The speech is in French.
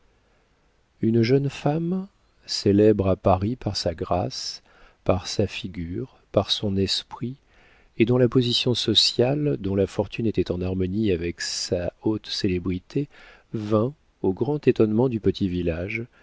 une jeune femme célèbre à paris par sa grâce par sa figure par son esprit et dont la position sociale dont la fortune étaient en harmonie avec sa haute célébrité vint au grand étonnement du petit village